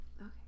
Okay